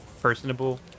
personable